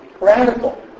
radical